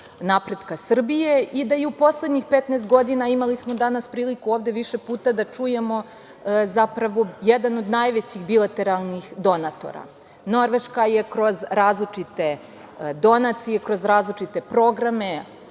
napretka Srbije i da je u poslednjih 15 godina, imali smo danas priliku ovde više puta da čujemo, zapravo, jedan od najvećih bilateralnih donatora. Norveška je kroz različite donacije, kroz različite programe,